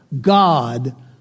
God